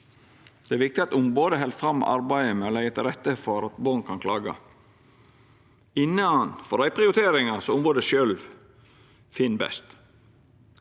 Det er viktig at ombodet held fram arbeidet med å leggja til rette for at barn kan klaga, innanfor dei prioriteringane som ombodet sjølv finn best.